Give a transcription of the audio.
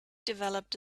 developed